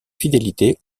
fidélité